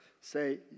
say